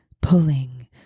pulling